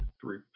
three